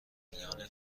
میان